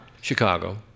Chicago